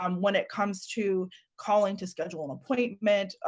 um when it comes to calling to schedule an appointment.